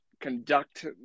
conduct